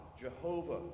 Jehovah